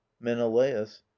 menelaus